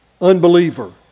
unbeliever